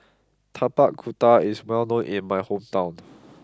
Tapak Kuda is well known in my hometown